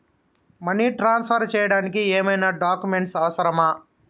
Money transfer చేయడానికి ఏమైనా documents అవసరమా?